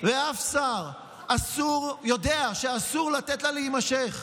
וכל שר יודע שאסור לתת לה להימשך.